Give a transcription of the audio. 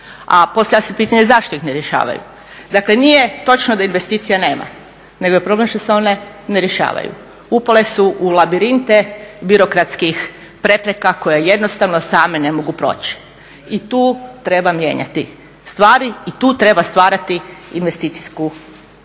A postavlja se pitanje zašto ih ne rješavaju? Dakle, nije točno da investicija nema, nego je problem što se one ne rješavaju, upale su u labirinte birokratskih prepreka koje jednostavno same ne mogu proći i tu treba mijenjati stvari i tu treba stvarati investicijsku klimu.